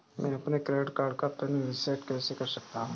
मैं अपने credit card का पिन रिसेट कैसे कर सकता हूँ?